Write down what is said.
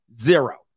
Zero